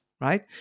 right